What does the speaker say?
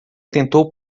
tentou